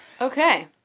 Okay